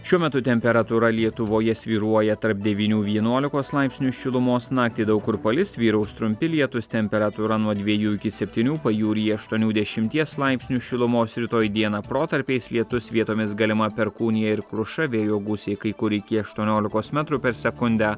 šiuo metu temperatūra lietuvoje svyruoja tarp devynių vienuolikos laipsnių šilumos naktį daug kur palis vyraus trumpi lietūs temperatūra nuo dviejų iki septynių pajūryje aštuonių dešimties laipsnių šilumos rytoj dieną protarpiais lietus vietomis galima perkūnija ir kruša vėjo gūsiai kai kur iki aštuoniolikos metrų per sekundę